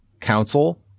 council